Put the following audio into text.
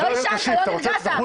לא עישנת לא נרגעת?